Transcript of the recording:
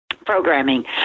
Programming